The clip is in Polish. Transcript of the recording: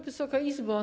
Wysoka Izbo!